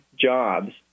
jobs